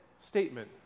statement